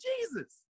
Jesus